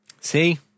See